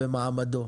ובמעמדו.